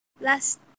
last